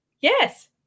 Yes